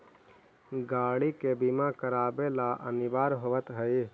गाड़ि के बीमा करावे ला अनिवार्य होवऽ हई